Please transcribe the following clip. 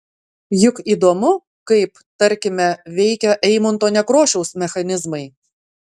juk įdomu kaip tarkime veikia eimunto nekrošiaus mechanizmai